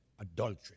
adultery